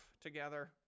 together